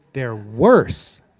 they're worse.